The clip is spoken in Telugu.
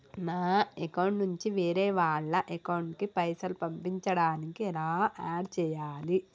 నా అకౌంట్ నుంచి వేరే వాళ్ల అకౌంట్ కి పైసలు పంపించడానికి ఎలా ఆడ్ చేయాలి?